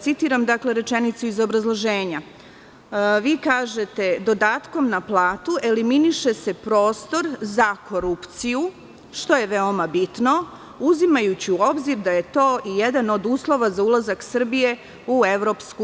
Citiram dakle, rečenicu iz obrazloženja, vi kažete – dodatkom na platu eliminiše se prostor za korupciju, što je veoma bitno, uzimajući u obzir da je to i jedan od uslova za ulazak Srbije u EU.